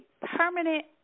permanent